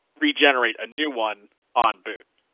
regenerate a new one on boot.